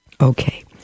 Okay